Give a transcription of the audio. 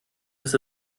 biss